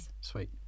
Sweet